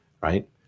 right